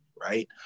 right